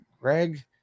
Greg